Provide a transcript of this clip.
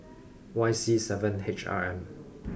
Y C seven H R M